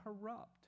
corrupt